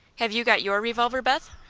have you got your revolver, beth?